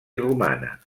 romana